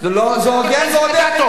הוגן ועוד איך הוגן.